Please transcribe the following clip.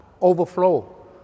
overflow